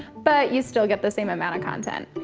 but you still get the same amount of content.